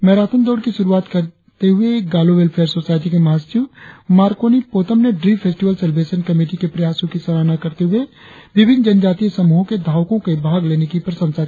marathon दौड़ की श्रुआत करते हुए गालो वेलफेयर सोसायटी के महासचिव मार्कोनी पोतम ने ड्री फेस्टिवल सेलिब्रेशन कमेटी के प्रयासों की सराहना करते हुए विभिन्न जनजातीय समूहों के धावको के भाग लेने की प्रशंसा की